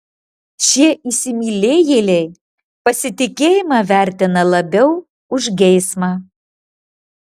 šie įsimylėjėliai pasitikėjimą vertina labiau už geismą